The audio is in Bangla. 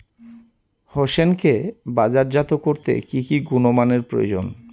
হোসেনকে বাজারজাত করতে কি কি গুণমানের প্রয়োজন?